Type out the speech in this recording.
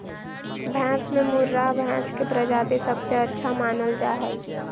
भैंस में मुर्राह भैंस के प्रजाति सबसे अच्छा मानल जा हइ